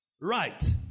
Right